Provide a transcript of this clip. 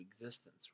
existence